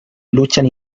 luchan